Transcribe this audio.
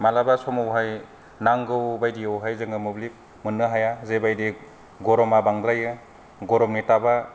मालाबा समावहाय नांगौ बायदियावहाय जोङो मोब्लिब मोननो हाया जेबायदि गर'मा बांद्रायो गरमनि थाबा बाङो